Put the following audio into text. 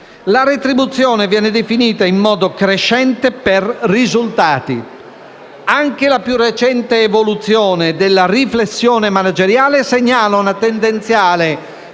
la retribuzione viene definita in modo crescente per risultati. Anche la più recente evoluzione della riflessione manageriale segnala una tendenziale